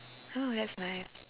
oh that's nice